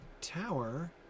tower